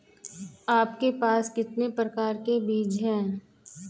आपके पास कितने प्रकार के बीज हैं?